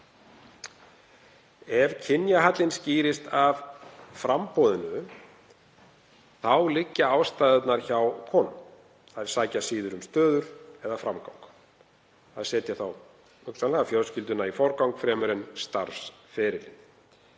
Ef kynjahallinn skýrist af framboðinu þá liggja ástæðurnar hjá konum. Þær sækja síður um stöður eða framgang. Þær setja hugsanlega fjölskylduna í forgang fremur en starfsferil.